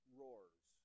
roars